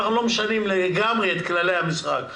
אבל אנחנו לא משנים לגמרי את כללי המשחק,